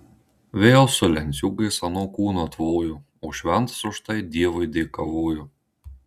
vėl su lenciūgais ano kūną tvojo o šventas už tai dievui dėkavojo